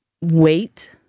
Wait